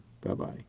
Bye-bye